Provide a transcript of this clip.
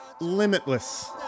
limitless